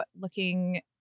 looking